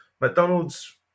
McDonald's